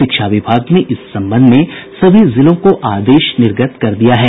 शिक्षा विभाग ने इस संबंध में सभी जिलों को आदेश निर्गत कर दिया है